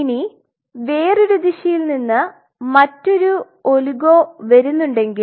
ഇനി വേറൊരു ദിശയിൽ നിന്ന് മറ്റൊരു ഒളിഗോ വരുന്നുണ്ടെങ്കിൽ